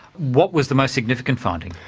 what was the most significant finding?